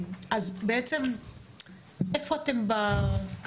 זה להעביר את